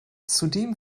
zudem